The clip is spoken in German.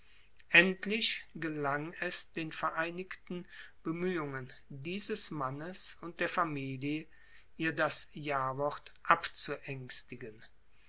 endlich gelang es den vereinigten bemühungen dieses mannes und der familie ihr das jawort